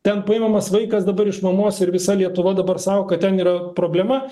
ten paimamas vaikas dabar iš mamos ir visa lietuva dabar sako kad ten yra problema